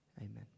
amen